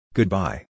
Goodbye